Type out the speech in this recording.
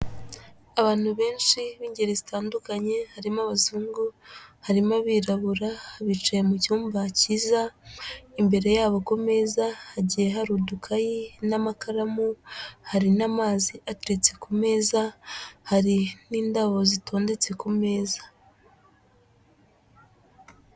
Abantu benshi b'ingeri zitandukanye, harimo abazungu, harimo abirabura, bicaye mu cyumba cyiza, imbere yabo ku meza, hagiye hari udukayi n'amakaramu, hari n'amazi ateretse ku meza, hari n'indabo zitondetse ku meza.